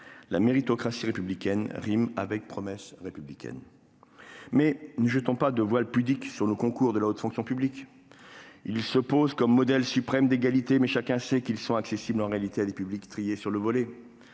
La méritocratie républicaine rime avec la promesse républicaine. Néanmoins, ne jetons pas un voile pudique sur les concours de la haute fonction publique. Ils se posent comme un modèle suprême d'égalité, mais chacun sait qu'ils ne sont accessibles qu'à un public trié sur le volet,